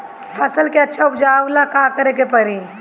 फसल के अच्छा उपजाव ला का करे के परी?